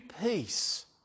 peace